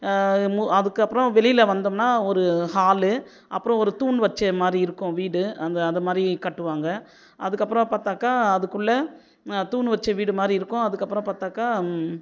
மு அதுக்கப்புறம் வெளியில் வந்தோம்ன்னா ஒரு ஹாலு அப்புறம் ஒரு தூண் வச்ச மாதிரி இருக்கும் வீடு அந்த அது மாதிரி கட்டுவாங்க அதுக்கப்பறம் பாத்தாக்கா அதுக்குள்ள தூண் வச்ச வீடு மாரி இருக்கும் அதுக்கப்பறம் பார்த்தாக்கா